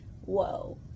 whoa